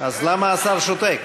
אז למה השר שותק?